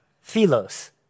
philos